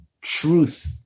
truth